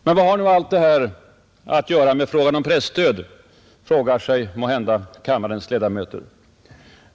Men vad har nu allt detta med frågan om presstöd att göra, frågar sig måhända kammarens ledamöter.